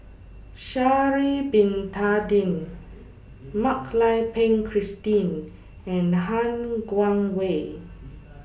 Sha'Ari Bin Tadin Mak Lai Peng Christine and Han Guangwei